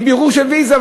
מבירור של ויזה.